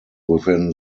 within